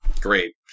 Great